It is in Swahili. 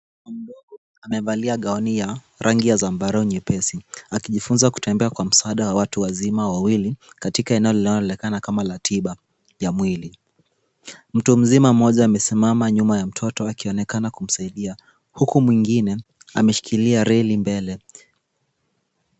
Amevalia gauni yenye rangi ya zambarau nyepesi, akijifunza kutembea kwa msaada wa watu wazima wawili, katika eneo linaloonekana kama la tiba vya mwili. Mtu mzima mmoja amesimama nyuma ya mtoto akionekana kumsaidia huku mwingine ameshikilia reli mbele.